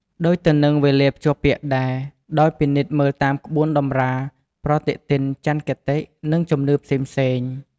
ដូចទៅនឹងវេលាភ្ជាប់ពាក្យដែរ ដោយពិនិត្យមើលតាមក្បួនតម្រា ប្រតិទិនចន្ទគតិ និងជំនឿផ្សេងៗ ។